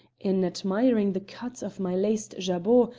in admiring the cut of my laced jabot,